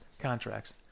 contracts